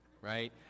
right